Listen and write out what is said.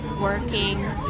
working